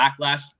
Backlash